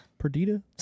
Perdita